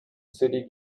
city